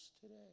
today